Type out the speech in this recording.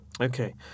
Okay